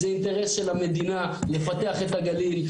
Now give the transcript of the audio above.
זה אינטרס של המדינה לפתח את הגליל,